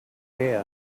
guess